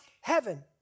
heaven